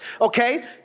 okay